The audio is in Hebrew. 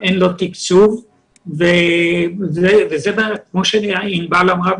אין לו תקצוב וכמו שענבל אמרה,